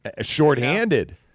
Shorthanded